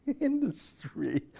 industry